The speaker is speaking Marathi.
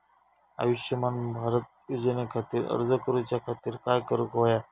आयुष्यमान भारत योजने खातिर अर्ज करूच्या खातिर काय करुक होया?